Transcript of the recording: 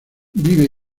viven